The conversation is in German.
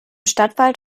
stadtwald